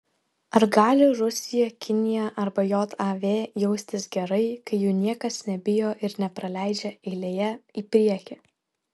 ar gali rusija kinija arba jav jaustis gerai kai jų niekas nebijo ir nepraleidžia eilėje į priekį